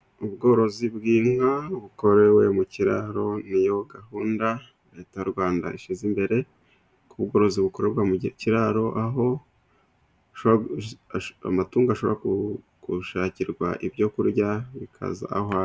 Ubworozi bw’inka bukorewe mu kiraro ni yo gahunda Leta y’u Rwanda ishyize imbere. Ubworozi bukorerwa mu kiraro, aho amatungo ashobora gushakirwa ibyo kurya bikaza aho ari.